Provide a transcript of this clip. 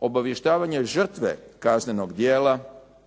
Obavještavanje žrtve kaznenog djela